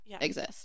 exist